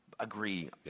Agree